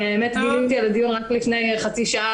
האמת שגיליתי על דבר קיום הדיון רק לפני חצי שעה